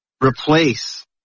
replace